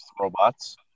Robots